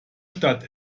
stadt